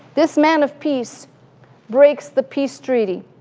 this man of peace breaks the peace treaty.